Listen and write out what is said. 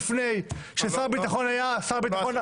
ואפילו זה היה בממשלה שהיה בראשה